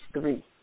three